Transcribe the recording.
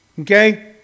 Okay